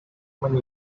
when